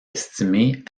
estimée